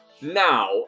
now